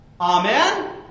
Amen